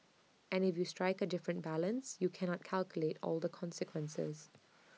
and if you strike A different balance you cannot calculate all the consequences